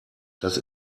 das